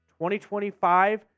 2025